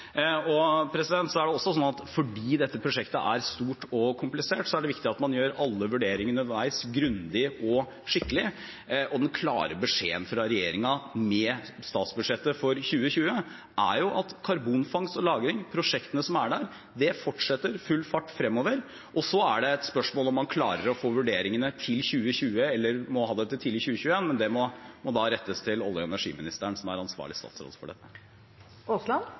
og fordi dette prosjektet er stort og komplisert, er det viktig at man gjør alle vurderingene underveis grundig og skikkelig. Og den klare beskjeden fra regjeringen – med statsbudsjettet for 2020 – er jo at karbonfangst og -lagring, prosjektene som er der, fortsetter i full fart fremover. Så er det et spørsmål om man klarer å få vurderingene til 2020, eller må ha det til tidlig 2021, men det spørsmålet må da rettes til olje- og energiministeren, som er ansvarlig statsråd for det. Terje Aasland